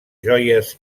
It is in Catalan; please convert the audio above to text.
joies